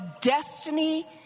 destiny